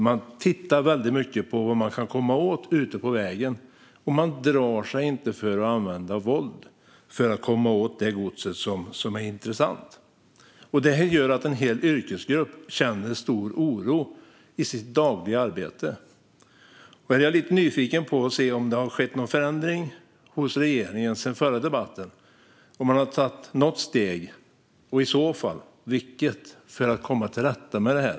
Man tittar väldigt mycket på vad man kan komma åt ute på vägen, och man drar sig inte för att använda våld för att komma åt det gods som är intressant. Det gör att en hel yrkesgrupp känner stor oro i sitt dagliga arbete. Jag är lite nyfiken på att höra om det har skett någon förändring hos regeringen sedan förra debatten, om man har tagit något steg, och i så fall vilket, för att komma till rätta med det här.